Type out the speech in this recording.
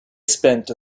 spent